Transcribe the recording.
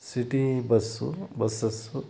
city bus buses